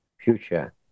future